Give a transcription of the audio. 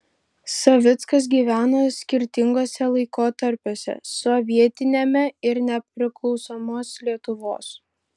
savickas gyveno skirtinguose laikotarpiuose sovietiniame ir nepriklausomos lietuvos